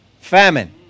Famine